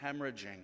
hemorrhaging